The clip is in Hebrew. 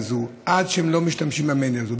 והם לא משתמשים במדיה הזאת,